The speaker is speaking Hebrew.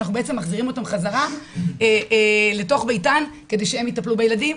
אנחנו בעצם מחזירים אותן חזרה לתוך ביתן כדי שהן יטפלו בילדים,